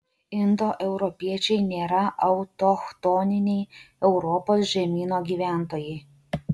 indoeuropiečiai nėra autochtoniniai europos žemyno gyventojai